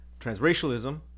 transracialism